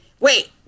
Wait